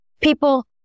People